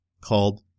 called